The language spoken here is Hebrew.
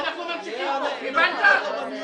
אנחנו מדברים על שנת 2018,